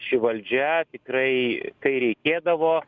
ši valdžia tikrai kai reikėdavo